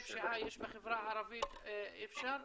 אפילו לקבל מספר כמה ארגוני פשיעה יש בחברה הערבית אי אפשר?